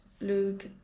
Luke